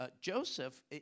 Joseph